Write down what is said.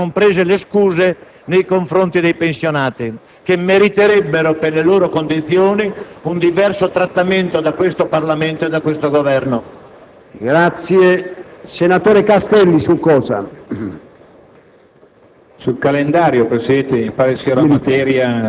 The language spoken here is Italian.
e perché vengano presi i provvedimenti necessari, comprese le scuse ai pensionati, che meriterebbero, per le loro condizioni, un diverso trattamento da questo Parlamento e da questo Governo. **Sul calendario dei lavori